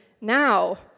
now